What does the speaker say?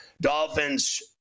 Dolphins